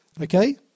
Okay